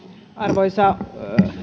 arvoisa